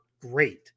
great